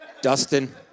Dustin